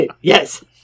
Yes